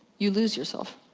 you lose yourself.